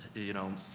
you know,